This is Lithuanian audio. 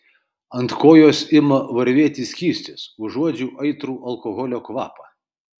ant kojos ima varvėti skystis užuodžiu aitrų alkoholio kvapą